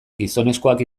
gizonezkoak